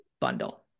bundle